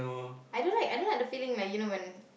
I don't like I don't like the feeling like you know when